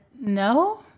no